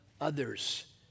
others